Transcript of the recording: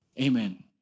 Amen